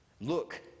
Look